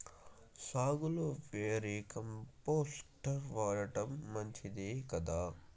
సాగులో vermicompost వాడటం మంచిదే కదా?